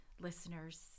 listeners